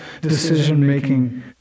decision-making